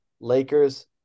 Lakers